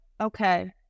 okay